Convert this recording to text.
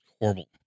horrible